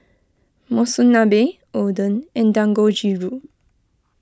Monsunabe Oden and Dangojiru